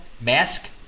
mask